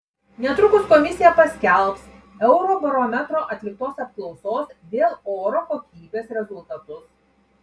netrukus komisija paskelbs eurobarometro atliktos apklausos dėl oro kokybės rezultatus